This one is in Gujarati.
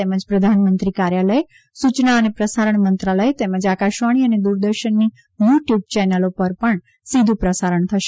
તેમજ પ્રધાનમંત્રી કાર્યાલય સુચના અને પ્રસારણ મંત્રાલય તેમજ આકાશવાણી અને દુરદર્શનની યુ ટયુબ ચેનલો પર પણ સીધુ પ્રસારણ થશે